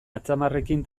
atzamarrarekin